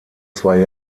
zwei